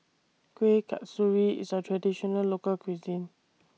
Kueh Kasturi IS A Traditional Local Cuisine